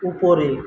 উপরে